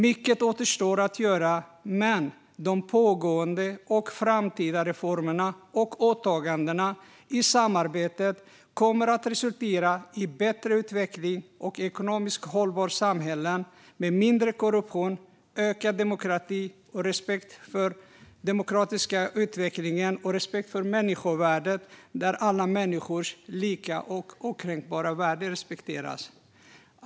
Mycket återstår att göra, men de pågående och framtida reformerna och åtagandena i samarbetet kommer att resultera i bättre utveckling och ekonomiskt hållbara samhällen med mindre korruption, ökad demokrati, respekt för den demokratiska utvecklingen och respekt för människovärdet, där alla människors lika och okränkbara värde respekteras.